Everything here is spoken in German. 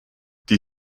die